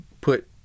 put